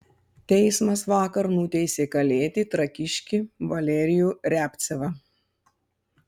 teismas vakar nuteisė kalėti trakiškį valerijų riabcevą